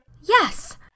Yes